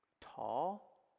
tall